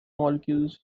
molecules